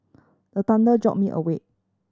the thunder jolt me awake